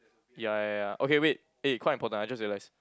ya ya ya okay wait eh quite important I just realise